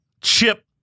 Chip